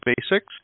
Basics